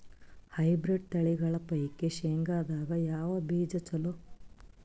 Hybrid ತಳಿಗಳ ಪೈಕಿ ಶೇಂಗದಾಗ ಯಾವ ಬೀಜ ಚಲೋ?